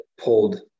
pulled